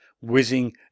whizzing